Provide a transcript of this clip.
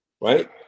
right